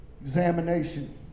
examination